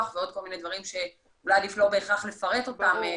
ועוד כל מיני דברים שאולי עדיף לא לפרט אותם,